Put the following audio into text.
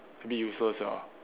a bit useless lah